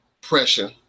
pressure